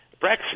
Brexit